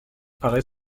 paraît